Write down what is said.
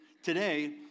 today